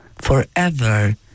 Forever